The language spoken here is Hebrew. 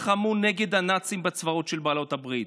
לחמו נגד הנאצים בצבאות של בעלות הברית.